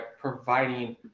providing